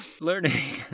learning